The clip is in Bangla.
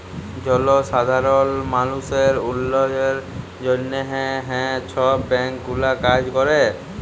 জলসাধারল মালুসের উল্ল্যয়লের জ্যনহে হাঁ ছব ব্যাংক গুলা কাজ ক্যরে